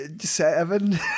Seven